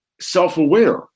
self-aware